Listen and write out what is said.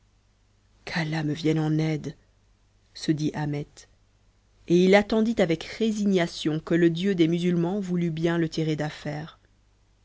qu'allah me vienne en aide se dit ahmet et il attendit avec résignation que le dieu des musulmans voulût bien le tirer d'affaire